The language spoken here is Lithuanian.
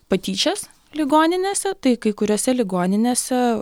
patyčias ligoninėse tai kai kuriose ligoninėse